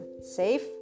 safe